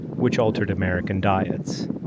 which altered american diets.